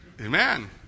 amen